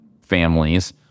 families